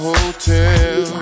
Hotel